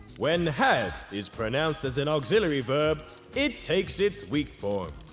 when had is pronounced as an auxiliary verb, it takes its weak form!